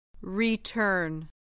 Return